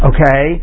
Okay